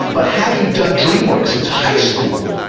but having done dream works since high school,